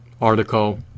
article